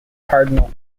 cardinal